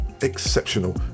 exceptional